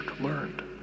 learned